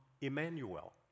Emmanuel